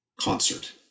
concert